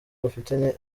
bafitanye